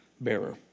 bearer